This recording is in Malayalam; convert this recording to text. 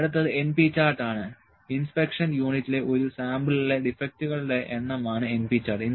അടുത്തത് np ചാർട്ട് ആണ് ഇൻസ്പെക്ഷൻ യൂണിറ്റുകളിലെ ഒരു സാമ്പിളിലെ ഡിഫക്റ്റീവുകളുടെ എണ്ണമാണ് np ചാർട്ട്